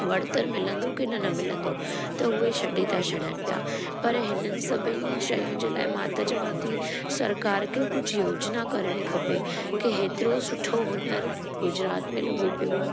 worth मिलंदो की न मिलंदो त उहे छॾे था छॾनि पिया पर हिन सभिन शयुनि जे लाइ मां त चवां थी सरकार खे कुझु योजना करणी खपे कि हेतिरो सुठो हुनर गुजरात में लॻो पियो आहे